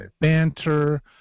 Banter